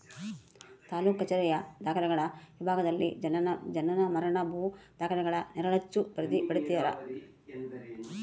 ತಾಲೂಕು ಕಛೇರಿಯ ದಾಖಲೆಗಳ ವಿಭಾಗದಲ್ಲಿ ಜನನ ಮರಣ ಭೂ ದಾಖಲೆಗಳ ನೆರಳಚ್ಚು ಪ್ರತಿ ಪಡೀತರ